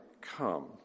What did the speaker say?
come